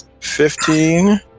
fifteen